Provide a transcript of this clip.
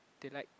they like